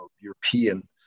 European